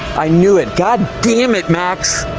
i knew it. god dammit, max.